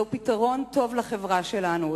זהו פתרון טוב לחברה שלנו.